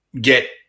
get